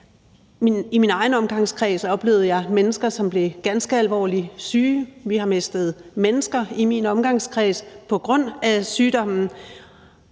I min egen omgangskreds oplevede jeg mennesker, som blev ganske alvorligt syge. Vi har mistet mennesker i min omgangskreds på grund af sygdommen,